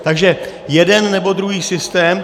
Takže jeden, nebo druhý systém.